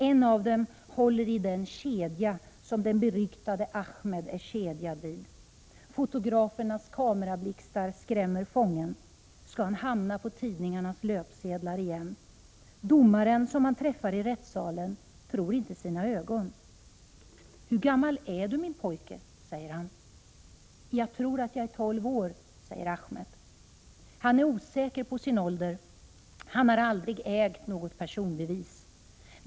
En av dem håller i den kedja som den beryktade Ahmet är kedjad vid. Fotografernas kamerablixtar skrämmer fången. Ska han hamna på tidningarnas löpsedlar igen? Domaren som han träffar i rättssalen tror inte sina ögon. —- Hur gammal är du min pojke, frågar han. — Jag tror att jag är tolv år, säger Ahmet. Han är osäker på sin ålder. Han har aldrig ägt något personbevis.